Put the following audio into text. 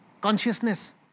consciousness